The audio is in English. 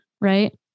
right